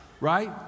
right